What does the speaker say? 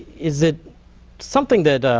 is it something that,